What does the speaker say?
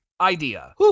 idea